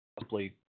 simply